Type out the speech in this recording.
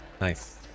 nice